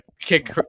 kick